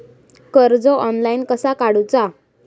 कर्ज ऑनलाइन कसा काडूचा?